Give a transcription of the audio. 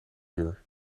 uur